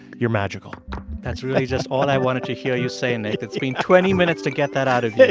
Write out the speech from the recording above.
you're magical that's really just all i wanted to hear you say, nick. it's been twenty minutes to get that out of yeah